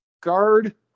Guard